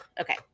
okay